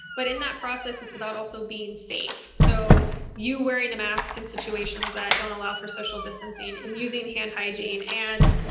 but in that process, it's about also being safe. so you wearing a mask in situations that don't allow for social distancing and using hand hygiene and,